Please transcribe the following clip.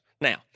Now